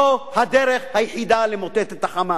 זאת הדרך היחידה למוטט את ה"חמאס".